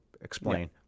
explain